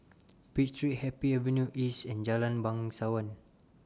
Pitt Street Happy Avenue East and Jalan Bangsawan